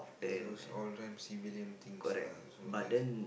those all crime civilian things lah so just